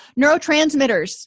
Neurotransmitters